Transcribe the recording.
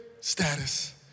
status